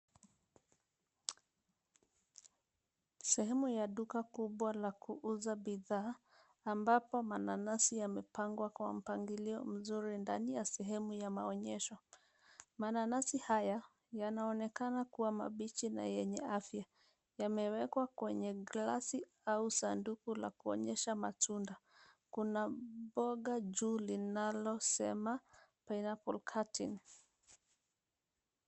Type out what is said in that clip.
Sehemu ya duka kubwa la kuuza bidhaa ambapo mananazi yamepangwa kwa mpangilio mzuri ndani ya sehemu ya maonyesho. Mananazi haya yanaonekana kuwa mabichi na yenye afya. Yamewekwa kwenye glasi au sanduku la kuonyesha matunda. Kuna bango juu linalosema pineapple cutting .